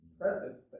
presence